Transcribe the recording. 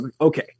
okay